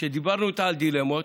כשדיברנו איתה על דילמות,